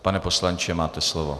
Pan poslanče, máte slovo.